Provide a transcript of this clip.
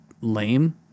lame